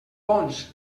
bons